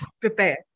prepare